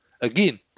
Again